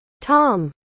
tom